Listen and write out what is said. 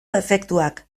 efektuak